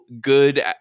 good